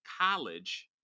College